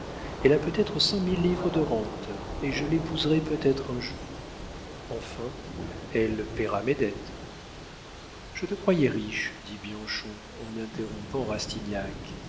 elle a peut-être cent mille livres de rente et je l'épouserai peut-être un jour enfin elle payera mes dettes je te croyais riche dit bianchon en interrompant